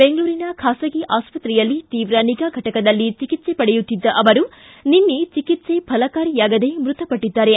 ಬೆಂಗಳೂರಿನ ಖಾಸಗಿ ಆಸ್ತಕ್ರೆಯಲ್ಲಿ ತೀವ್ರ ನಿಗಾ ಘಟಕದಲ್ಲಿ ಚಿಕಿತ್ಸೆ ಪಡೆಯುತ್ತಿದ್ದ ಅವರು ನಿನ್ನೆ ಚಿಕಿತ್ಸೆ ಫಲಕಾರಿಯಾಗದೆ ಮೃತಪಟ್ಟಿದ್ದಾರೆ